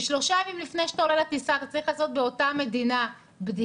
ששלושה ימים לפני שאתה עולה לטיסה אתה צריך לעשות באותה מדינה בדיקה,